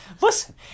Listen